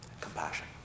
Compassion